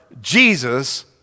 Jesus